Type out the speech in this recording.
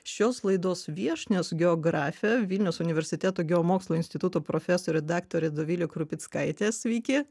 šios laidos viešnios geografė vilniaus universiteto geomokslų instituto profesorė daktarė dovilė krupickaitė sveiki